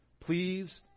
Please